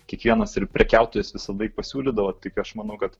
kiekvienas ir prekiautojas visada pasiūlydavo tai aš manau kad